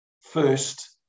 first